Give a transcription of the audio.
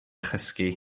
chysgu